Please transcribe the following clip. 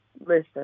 listen